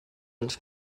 ens